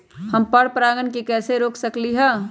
हम पर परागण के कैसे रोक सकली ह?